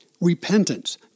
repentance